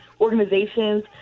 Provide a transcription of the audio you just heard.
organizations